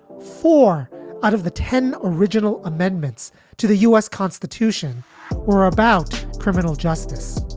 four out of the ten original amendments to the u s. constitution were about criminal justice,